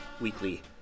weekly